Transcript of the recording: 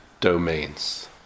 domains